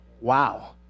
Wow